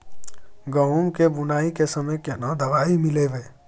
गहूम के बुनाई के समय केना दवाई मिलैबे?